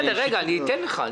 אתן לך.